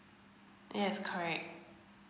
yes correct